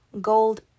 gold